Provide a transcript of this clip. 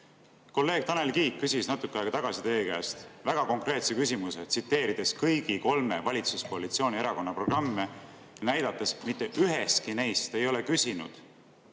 Kolleeg Tanel Kiik küsis natuke aega tagasi teie käest väga konkreetse küsimuse, tsiteerides kõigi kolme valitsuskoalitsiooni erakonna programme, näidates, et mitte üheski neis ei ole küsitud